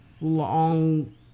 long